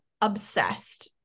obsessed